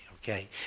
Okay